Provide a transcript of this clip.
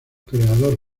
creador